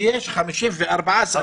כשיש 54 שרים וסגני שרים?